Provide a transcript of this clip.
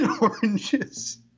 oranges